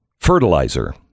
fertilizer